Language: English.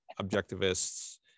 objectivists